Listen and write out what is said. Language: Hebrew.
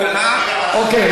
אוקיי,